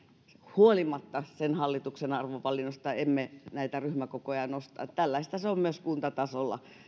huolimatta sen hallituksen arvovalinnoista emme näitä ryhmäkokoja nosta tällaista se on myös kuntatasolla